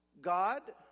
God